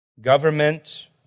government